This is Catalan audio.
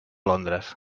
londres